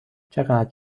چقدر